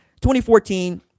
2014